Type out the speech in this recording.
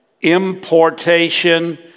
importation